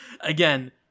again